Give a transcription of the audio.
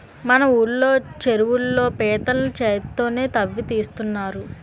మన ఊళ్ళో చెరువుల్లో పీతల్ని చేత్తోనే తవ్వి తీస్తున్నారు